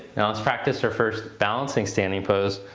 now let's practice our first balancing standing pose.